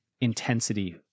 Intensity